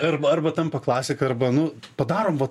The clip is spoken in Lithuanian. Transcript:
arba arba tampa klasika arba nu padarom vat